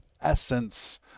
essence